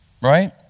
right